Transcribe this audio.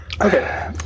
Okay